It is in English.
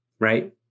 Right